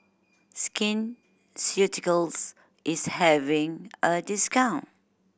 Skin Ceuticals is having a discount